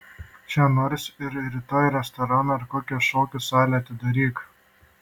čia nors ir rytoj restoraną ar kokią šokių salę atidaryk